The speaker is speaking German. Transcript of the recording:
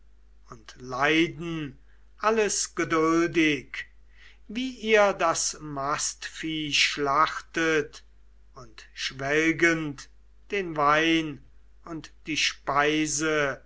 und leiden alles geduldig wie ihr das mastvieh schlachtet und schwelgend den wein und die speise